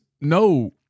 no